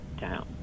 down